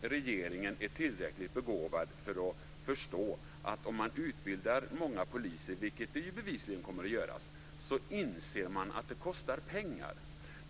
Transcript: regeringen är tillräckligt begåvad för att förstå att om man utbildar många poliser - vilket det bevisligen kommer att göras - kommer det att kosta pengar.